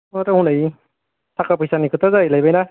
माथो हनै थाखा फैसानि खोथा जाहैलायबाय ना